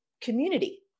community